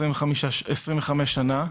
25 שנה.